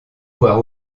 voir